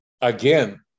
again